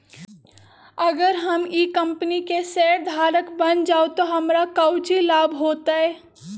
अगर हम ई कंपनी के शेयरधारक बन जाऊ तो हमरा काउची लाभ हो तय?